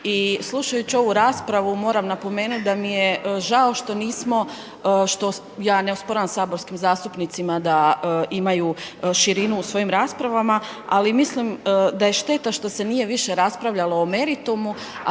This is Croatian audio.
i slušajući ovu raspravu moram napomenuti da mi je žao što nismo, ja ne osporavam saborskim zastupnicima da imaju širinu u svojim raspravama, ali mislim da je šteta što se nije više raspravljalo o meritumu,